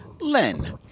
Len